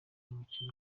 umukino